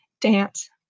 Dance